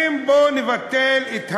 בואו נבטל את המע"מ,